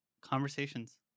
conversations